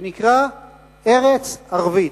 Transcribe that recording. שנקרא "ארץ ערבית",